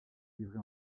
livrés